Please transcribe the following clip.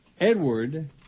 Edward